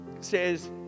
says